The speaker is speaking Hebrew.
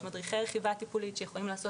יש מדריכי רכיבה טיפולית שיכולים לעשות